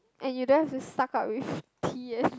and you don't have to suck up with